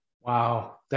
Wow